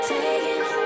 Taking